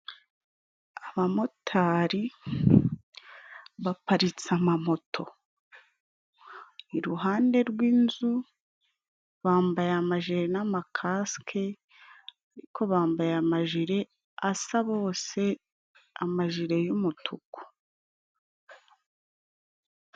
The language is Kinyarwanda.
Abamotari baparitse amamoto iruhande rw'inzu. Bambaye amajeri n'amakasike ariko bambaye amajiri asa bose amajiri y'umutuku.